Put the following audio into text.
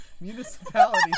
municipality